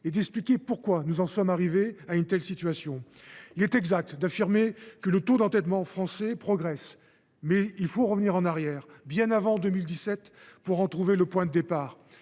et d’expliquer pourquoi nous en sommes arrivés à une telle situation. Il est exact d’affirmer que le taux d’endettement français progresse, mais il faut revenir en arrière, bien avant 2017, pour en trouver le point de départ.